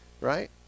right